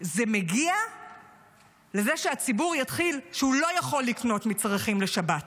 זה מגיע לזה שהציבור לא יכול לקנות מצרכים לשבת,